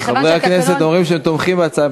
חברי הכנסת אומרים שהם תומכים בהצעה,